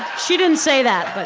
she didn't say that, but